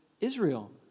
Israel